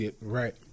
Right